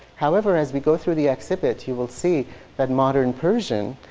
however, as we go through the exhibit you will see that modern persian,